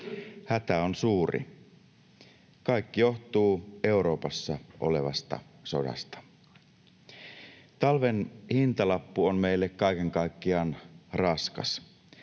Hätä on suuri. Kaikki johtuu Euroopassa olevasta sodasta. Talven hintalappu on meille kaiken kaikkiaan raskas.